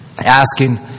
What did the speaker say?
asking